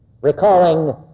Recalling